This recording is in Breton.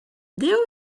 dezho